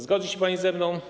Zgodzi się pani ze mną?